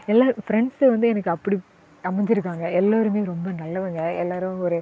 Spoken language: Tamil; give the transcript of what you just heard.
எல்லா ஃப்ரண்ட்ஸ் வந்து எனக்கு அப்படி அமைஞ்சுருக்காங்க எல்லோருமே ரொம்ப நல்லவங்க எல்லோரும் ஒரு